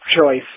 choice